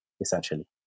essentially